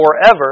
forever